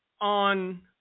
on